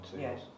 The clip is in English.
Yes